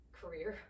career